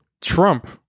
Trump